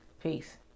peace